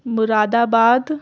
مراد آباد